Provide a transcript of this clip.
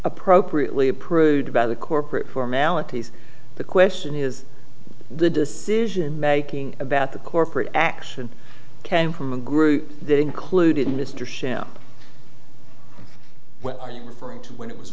appropriately approved by the corporate formalities the question is the decision making about the corporate action came from a group that included mr shand what are you referring to when it was